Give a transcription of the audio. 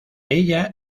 ella